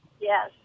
Yes